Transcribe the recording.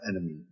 enemy